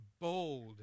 Bold